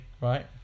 Right